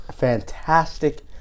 Fantastic